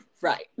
Right